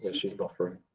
yeah she's buffering.